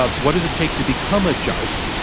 ah what does it take to become a judge?